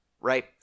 right